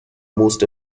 most